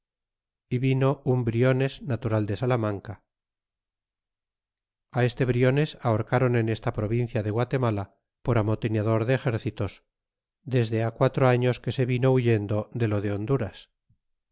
y vino un briones natural de salamanca este briones ahorcron en esta provincia de guatemala por amotinador de exércitos desde quatro años que se vino huyendo de lo de h onduras